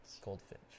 Goldfinch